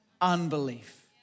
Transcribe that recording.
unbelief